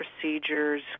procedures